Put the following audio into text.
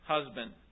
Husband